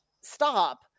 stop